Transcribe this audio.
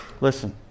Listen